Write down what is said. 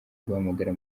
guhamagara